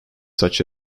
such